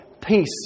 peace